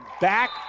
back